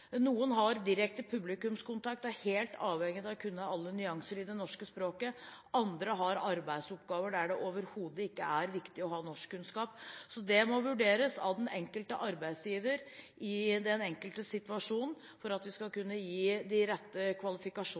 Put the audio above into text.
Noen har direkte publikumskontakt og er helt avhengige av å kunne alle nyanser i det norske språket, andre har arbeidsoppgaver der det overhodet ikke er viktig å ha norskkunnskaper. Det må derfor vurderes av den enkelte arbeidsgiver i den enkelte situasjon for at vi skal kunne stille de rette